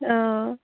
অঁ